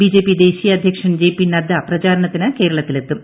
BJP ദേശീയ അധ്യക്ഷൻ J P Nadda പ്രചാരണത്തിന് കേരളത്തിലെത്തും